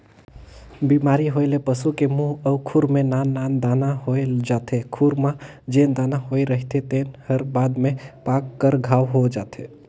बेमारी होए ले पसू की मूंह अउ खूर में नान नान दाना होय जाथे, खूर म जेन दाना होए रहिथे तेन हर बाद में पाक कर घांव हो जाथे